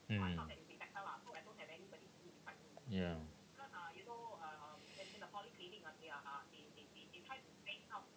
mm ya